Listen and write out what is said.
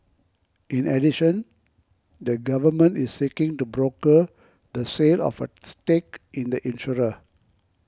in addition the government is seeking to broker the sale of a stake in the insurer